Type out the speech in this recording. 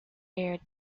aired